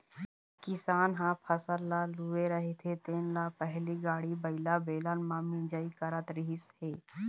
किसान ह फसल ल लूए रहिथे तेन ल पहिली गाड़ी बइला, बेलन म मिंजई करत रिहिस हे